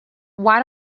why